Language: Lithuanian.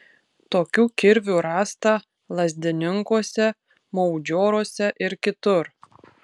tokių kirvių rasta lazdininkuose maudžioruose ir kitur